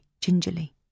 gingerly